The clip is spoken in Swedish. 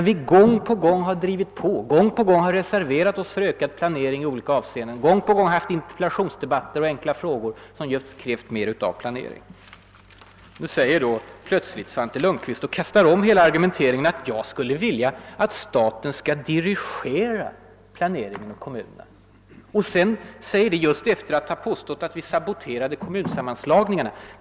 Men vi liberaler har ju gång på gång drivit på, gång på gång reserverat oss för ökad planering i olika avseenden; gång på gång föranlett interpellationsdebatter och debatter om enkla frågor där vi just krävt mer av planering. Men Svante Lundkvist kastar plötsligt om hela argumenteringen genom att göra gällande att jag skulle vilja »dirigera» planeringen åt kommunerna, efter att tidigare ha påstått att vi saboterade kommunsammanslagningen.